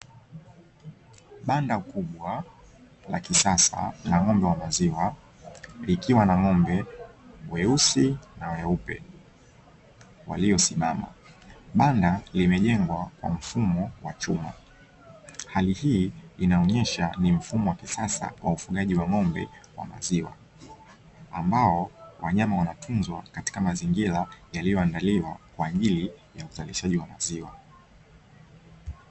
Banda kubwa la kisasa la ng'ombe wa maziwa likiwa na ng'ombe weusi na weupe waliosimama. Banda limejengwa kwa mfumo wa chuma. Hali hii inaonyesha ni mfumo wa kisasa wa ufugaji wa ng'ombe wa maziwa, ambao wanyama wanatunzwa katika mazingira yaliyoandaliwa kwa ajili ya uzalishaji wa maziwa.